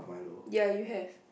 ya you have